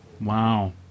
Wow